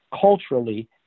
culturally